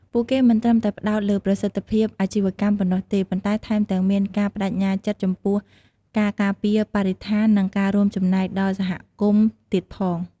ពួកគេមិនត្រឹមតែផ្តោតលើប្រសិទ្ធភាពអាជីវកម្មប៉ុណ្ណោះទេ ប៉ុន្តែថែមទាំងមានការប្ដេជ្ញាចិត្តចំពោះការការពារបរិស្ថាន និងការរួមចំណែកដល់សហគមន៍ទៀតផង។